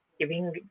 Giving